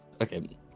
Okay